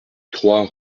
trois